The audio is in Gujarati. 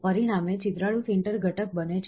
પરિણામે છિદ્રાળુ સિન્ટર ઘટક બને છે